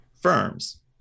firms